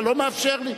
אתה לא מאפשר לי.